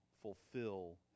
fulfill